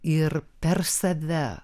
ir per save